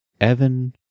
Evan